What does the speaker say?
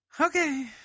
Okay